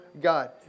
God